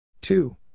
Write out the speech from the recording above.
two